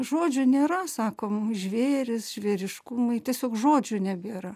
žodžių nėra sakom žvėrys žvėriškumai tiesiog žodžių nebėra